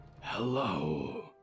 Hello